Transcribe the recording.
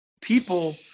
people